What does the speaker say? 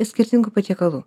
skirtingų patiekalų